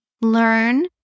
learn